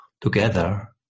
together